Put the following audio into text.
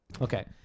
Okay